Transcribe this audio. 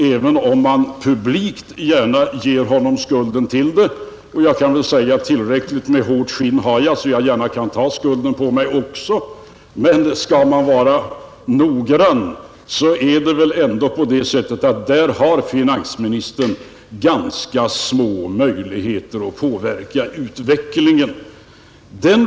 Även om man publikt gärna ger finansministern skulden för detta, måste nog — om man skall vara noggrann — sägas att finansministern härvidlag har ganska små möjligheter att påverka utvecklingen. Men jag har tillräckligt hårt skinn för att också kunna ta denna skuld på mig.